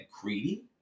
greedy